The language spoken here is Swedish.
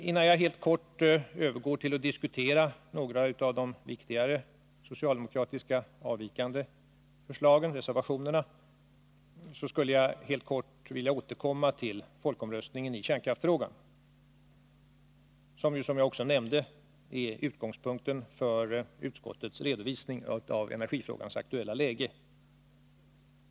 Innan jag övergår till att diskutera några av de viktigare socialdemokratiska reservationerna skulle jag helt kort vilja återkomma till folkomröstningen i kärnkraftsfrågan, vilken ju — som jag också nämnde — är utgångspunkten för utskottets redovisning av energifrågans aktuella läge.